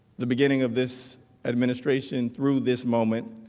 the beginning of this administration through this moment